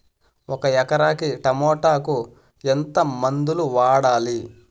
ఒక ఎకరాకి టమోటా కు ఎంత మందులు వాడాలి?